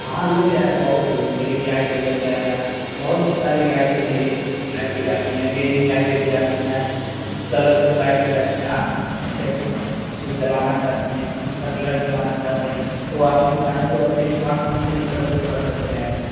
हाँ लग जाएगा वो भी सीलिंग लाइट भी लग जाएगा बहुत सी सारी लाइटें हैं एक से एक लाइटे आती हैं गेमिंग लाइटे भी आती हैं कलरफुल लाइटे रहेती हैं आप किसमें कैसे उसे जलाना चाहते हैं कौन सा कलर जलाना चाहते हैं वो अपने चाहें तो अपने इस्मार्टफोन से भी कंट्रोल कर सकते हैं